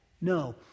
No